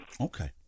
okay